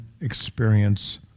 experience